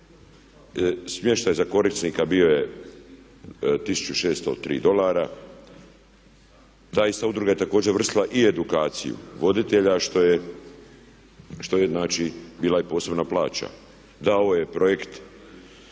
smještaj za korisnika bio je 1603 dolara. Ta ista udruga je također vršila i edukaciju voditelja što je znači bila posebna plaća. Da, ovo je projekt